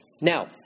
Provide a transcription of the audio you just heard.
Now